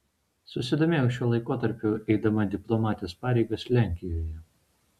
susidomėjau šiuo laikotarpiu eidama diplomatės pareigas lenkijoje